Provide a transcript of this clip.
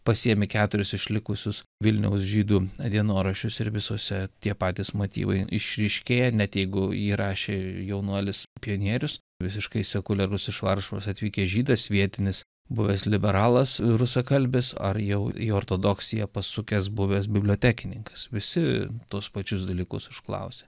pasiėmi keturis išlikusius vilniaus žydų dienoraščius ir visose tie patys motyvai išryškėja net jeigu jį rašė jaunuolis pionierius visiškai sekuliarus iš varšuvos atvykęs žydas vietinis buvęs liberalas rusakalbis ar jau į ortodoksiją pasukęs buvęs bibliotekininkas visi tuos pačius dalykus užklausia